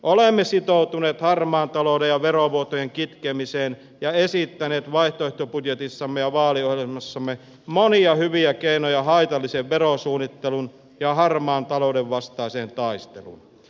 olemme sitoutuneet harmaan talouden ja verovuotojen kitkemiseen ja esittäneet vaihtoehtobudjetissamme ja vaaliohjelmassamme monia hyviä keinoja haitallisen verosuunnittelun ja harmaan talouden vastaiseen taisteluun